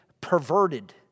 perverted